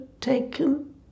taken